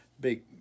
Big